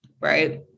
right